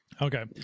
Okay